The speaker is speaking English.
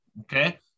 okay